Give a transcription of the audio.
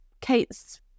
Kate's